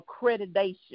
accreditation